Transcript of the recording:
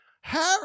Harry